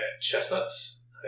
chestnuts